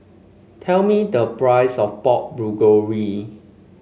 tell me the price of Pork Bulgogi